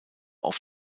auf